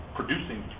producing